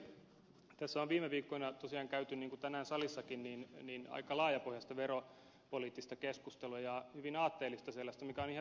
tässä on viime viikkoina tosiaan käyty niin kuin tänään salissakin aika laajapohjaista veropoliittista keskustelua ja hyvin aatteellista sellaista mikä on ihan virkistävää